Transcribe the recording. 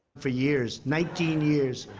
for years. nineteen years.